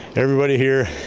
everybody here